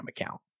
account